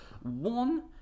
One